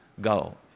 go